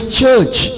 church